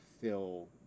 fill